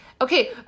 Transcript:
Okay